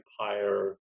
empire